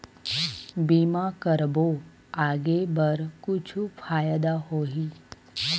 बीमा करबो आगे बर कुछु फ़ायदा होही?